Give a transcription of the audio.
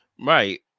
Right